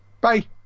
Bye